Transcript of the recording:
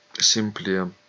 simply